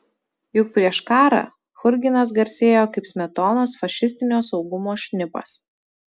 juk prieš karą churginas garsėjo kaip smetonos fašistinio saugumo šnipas